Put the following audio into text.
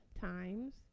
times